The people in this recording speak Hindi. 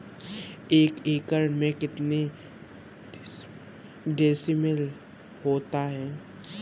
एक एकड़ में कितने डिसमिल होता है?